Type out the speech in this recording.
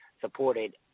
supported